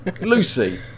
Lucy